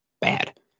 bad